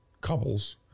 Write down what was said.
couples